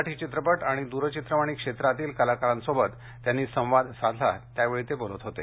मराठी चित्रपट आणि द्रचित्रवाणी क्षेत्रातील कलाकारांशी त्यांनी संवाद साधला त्यावेळी ते बोलत होते